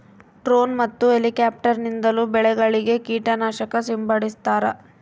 drone ಮತ್ತು helicopter ನಿಂದಲೂ ಬೆಳೆಗಳಿಗೆ ಕೀಟ ನಾಶಕ ಸಿಂಪಡಿಸ್ತಾರ